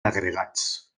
agregats